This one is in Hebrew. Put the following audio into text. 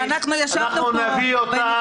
אני יודעת.